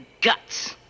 guts